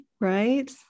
right